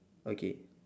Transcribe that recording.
okay